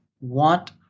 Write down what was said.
want